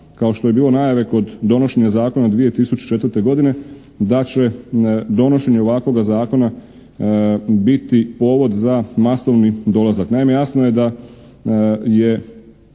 kao što je bilo najave kod donošenja zakona 2004. godine da će donošenje ovakvoga zakona biti povod za masovni dolazak.